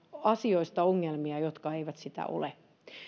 asioista ongelmia jotka eivät sitä ole